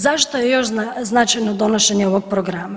Zašto je još značajno donošenje ovog programa?